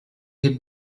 had